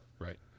Right